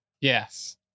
yes